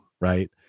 right